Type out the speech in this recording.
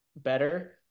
better